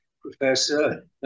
Professor